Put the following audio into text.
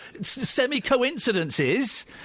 semi-coincidences